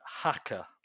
hacker